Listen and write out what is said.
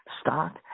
stock